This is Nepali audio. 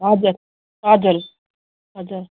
हजुर हजुर हजुर